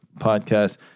podcast